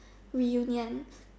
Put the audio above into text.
reunion